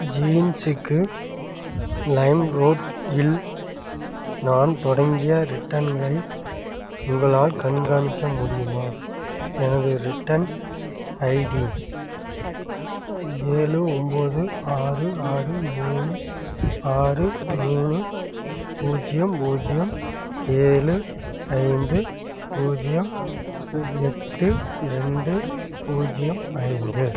ஜீன்ஸுக்கு Limeroad இல் நான் தொடங்கிய ரிட்டன்களை உங்களால் கண்காணிக்க முடியுமா எனது ரிட்டர்ன் ஐடி ஏழு ஒம்பது ஆறு ஆறு மூணு ஆறு மூணு பூஜ்ஜியம் பூஜ்ஜியம் ஏழு ஐந்து பூஜ்ஜியம் எட்டு ரெண்டு பூஜ்ஜியம் ஐந்து